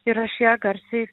ir aš ją garsiai